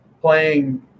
playing